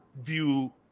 view